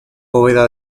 bóveda